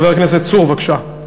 חבר הכנסת צור, בבקשה.